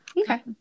Okay